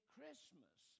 Christmas